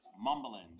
mumbling